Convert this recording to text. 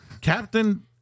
Captain